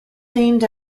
named